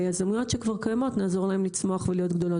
ביזמויות שכבר קיימות ונעזור להם לצמוח ולגדול.